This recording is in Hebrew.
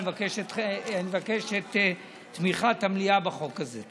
אני מבקש את תמיכת המליאה בחוק הזה,